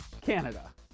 Canada